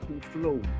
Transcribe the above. flow